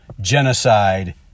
genocide